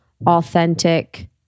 authentic